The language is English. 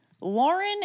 Lauren